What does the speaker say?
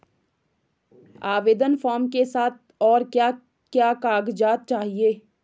आवेदन फार्म के साथ और क्या क्या कागज़ात चाहिए?